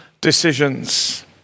decisions